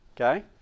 okay